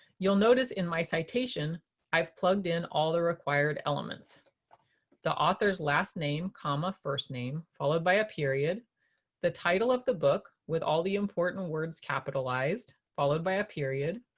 you'll notice in my citation i've plugged in all the required elements the author's last name, comma, first name followed by a period the title of the book with all the important words capitalized, followed by a period.